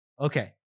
Okay